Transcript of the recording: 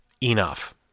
enough